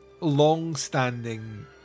long-standing